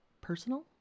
personal